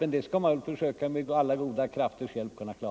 Men vi skall försöka klara det, med alla goda krafters hjälp.